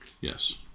Yes